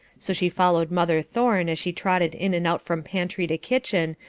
so she followed mother thorne as she trotted in and out from pantry to kitchen,